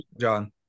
John